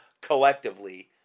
collectively